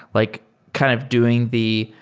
like kind of doing the,